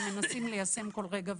שמנסים ליישם כל רגע ורגע.